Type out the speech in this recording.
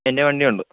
എന്റേ വണ്ടി ഉണ്ട്